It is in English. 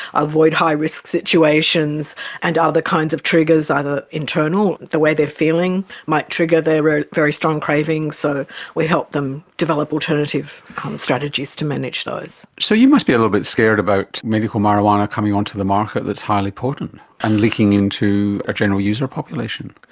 avoid high risk situations and other kinds of triggers, either internal, the way they are feeling, might trigger their very strong cravings, so we help them develop alternative strategies to manage those. so you must be a little bit scared about medical marijuana coming onto the market that's highly potent and leaking into a general user population.